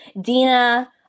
Dina –